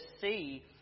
see